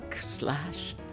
slash